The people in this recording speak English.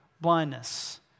blindness